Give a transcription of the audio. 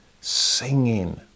singing